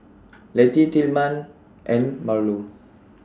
Letty Tillman and Marlo